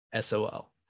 SOL